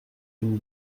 une